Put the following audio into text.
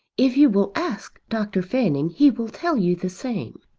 if you will ask dr. fanning he will tell you the same.